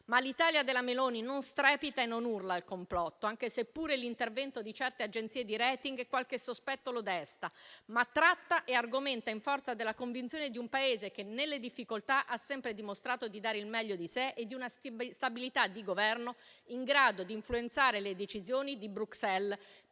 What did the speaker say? Ma l'Italia della Meloni non strepita e non urla al complotto, anche se l'intervento di certe agenzie di *rating* qualche sospetto lo desta, ma tratta e argomenta in forza della convinzione di un Paese che, nelle difficoltà, ha sempre dimostrato di dare il meglio di sé e di una stabilità di Governo in grado di influenzare le decisioni di Bruxelles,